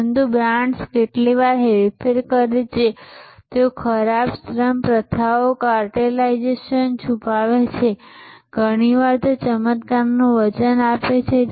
પરંતુ બ્રાન્ડ્સ કેટલીકવાર હેરફેર કરે છે તેઓ ખરાબ શ્રમ પ્રથાઓ કાર્ટેલાઇઝેશનને છુપાવે છે તેઓ ઘણીવાર ચમત્કારનું વચન આપે છે